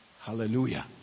Hallelujah